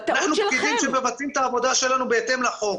אנחנו פקידים שמבצעים את העבודה שלנו בהתאם לחוק.